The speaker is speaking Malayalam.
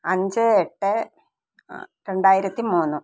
അഞ്ച് എട്ട് രണ്ടായിരത്തി മൂന്ന്